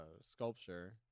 sculpture